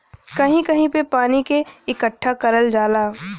कहीं कहीं पे पानी के इकट्ठा करल जाला